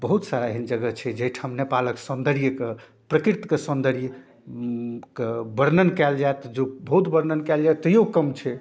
बहुत सारा एहन जगह छै जाहिठाम नेपालके सौन्दर्यके प्रकृतिके सौन्दर्यके वर्णन कएल जाएत जँ बहुत वर्णन कएल जाए तैओ कम छै